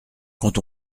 quand